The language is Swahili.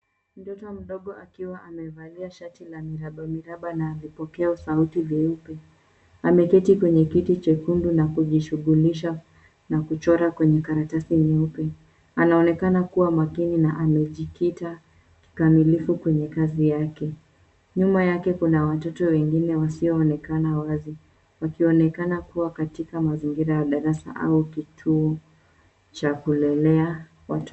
Mtoto mdogo akiwa amevalia shati la miraba miraba na vipokeo sauti vyeupe. Ameketi kwenye kiti chekundu na kujishughulisha na kuchora kwenye karatasi nyeupe. Anaonekana kuwa makini na amejikita kikamilifu kwenye kazi yake. Nyuma yake kuna watoto wengine wasioonekana wazi, wakionekana kuwa katika mazingira ya darasa au kituo cha kulelea watoto.